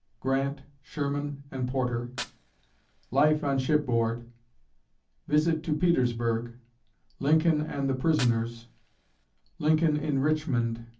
grant, sherman, and porter life on shipboard visit to petersburg lincoln and the prisoners lincoln in richmond